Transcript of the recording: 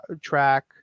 track